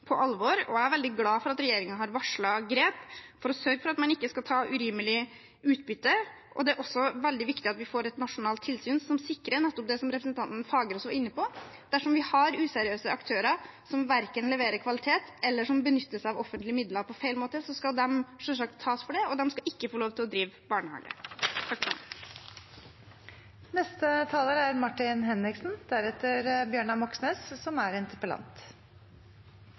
på alvor, og jeg er veldig glad for at regjeringen har varslet grep for å sørge for at man ikke skal ta urimelig utbytte. Det er også veldig viktig at vi får et nasjonalt tilsyn som sikrer nettopp det som representanten Fagerås var inne på: Dersom vi har useriøse aktører som ikke leverer kvalitet, eller som benytter seg av offentlige midler på feil måte, skal de selvsagt tas for det, og de skal ikke få lov til å drive barnehage. Takk til interpellanten for å ha tatt opp dette temaet. Arbeiderpartiet er